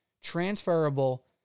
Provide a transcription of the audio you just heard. transferable